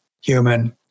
human